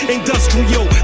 Industrial